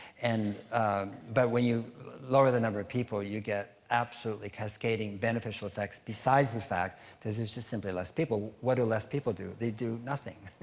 and but when you lower the number of people, you get absolutely cascading beneficial effects, besides the fact there's there's just simply less people. what do less people do? they do nothing.